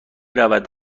رود